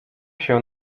się